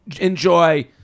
enjoy